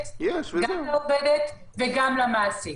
לעובדת וגם למעסיק.